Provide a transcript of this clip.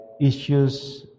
issues